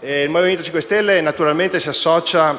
il Movimento 5 Stelle, naturalmente, si associa